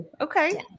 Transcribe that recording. Okay